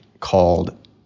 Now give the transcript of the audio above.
called